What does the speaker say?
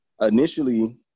initially